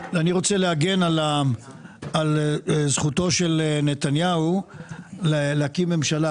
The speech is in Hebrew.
רוצה להגן על זכותו של נתניהו להקים ממשלה.